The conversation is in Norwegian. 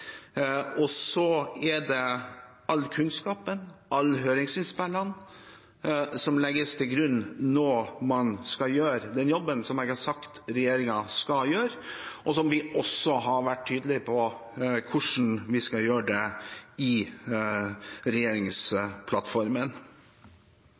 Så legges all kunnskapen og alle høringsinnspillene til grunn når man skal gjøre den jobben som jeg har sagt at regjeringen skal gjøre, og som vi i regjeringsplattformen også har vært tydelige på hvordan vi skal gjøre. Det